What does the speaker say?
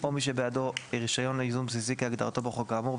או מי שבידו רישיון ייזום בסיסי כהגדרתו בחוק האמור,